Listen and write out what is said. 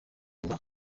uba